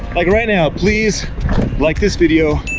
like right now, please like this video,